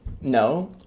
no